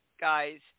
guys